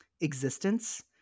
existence